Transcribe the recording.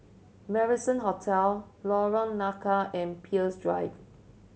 Marrison Hotel Lorong Nangka and Peirce Drive